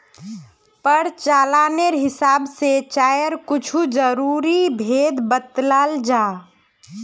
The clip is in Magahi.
प्रचालानेर हिसाब से चायर कुछु ज़रूरी भेद बत्लाल जाहा